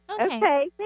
Okay